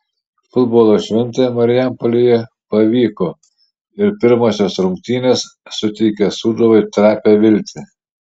futbolo šventė marijampolėje pavyko ir pirmosios rungtynės suteikia sūduvai trapią viltį